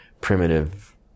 primitive